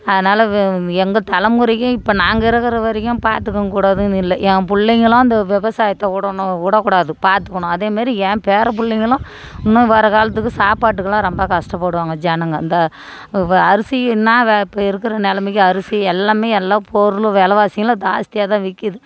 அதனால் வ் எங்கள் தலைமுறையே இப்போ நாங்கள் இருக்கிற வரைக்கும் பார்த்துக்க கூடாதுன்னு இல்லை என் பிள்ளைங்களும் அந்த விவசாயத்தை விடணும் விடக்கூடாது பார்த்துக்கணும் அதே மாதிரி என் பேர பிள்ளைங்களும் இன்னும் வரும் காலத்துக்கு சாப்பாட்டுக்கெல்லாம் ரொம்ப கஷ்டப்படுவாங்க ஜனங்கள் இந்த வ அரிசி என்ன வெ இப்போ இருக்கிற நிலமைக்கு அரிசி எல்லாமே எல்லாம் பொருளும் விலவாசிலாம் ஜாஸ்தியாக தான் விற்கிது